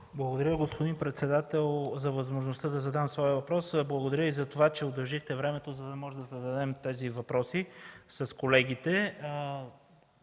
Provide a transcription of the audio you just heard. Благодаря, господин председател, за възможността да задам своя въпрос. Благодаря и за това, че удължихте времето, за да можем да зададем тези въпроси с колегите.